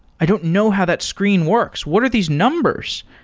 i don't know how that screen works. what are these numbers?